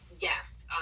yes